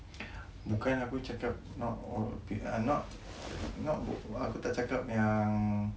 bukan aku cakap not all aku tak cakap yang all beautiful ladies